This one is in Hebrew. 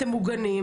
אתם מוגנים.